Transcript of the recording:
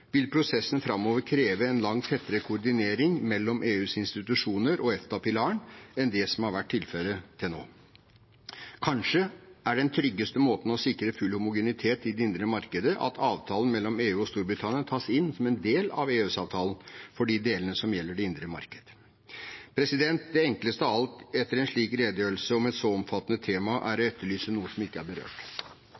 vil prosessen framover kreve langt tettere koordinering mellom EUs institusjoner og EFTA-pilaren enn det som har vært tilfellet til nå. Kanskje er den tryggeste måten å sikre full homogenitet på i det indre marked at avtalen mellom EU og Storbritannia tas inn som en del av EØS-avtalen for de delene som gjelder det indre marked. Det enkleste av alt etter en slik redegjørelse om et så omfattende tema er å